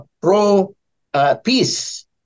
pro-peace